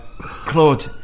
Claude